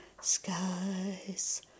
Skies